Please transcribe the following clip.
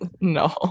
no